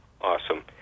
Awesome